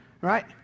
right